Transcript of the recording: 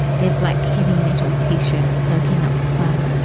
their black heavy metal tshirts soaking up the sun.